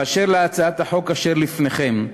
אשר להצעת החוק שלפניכם,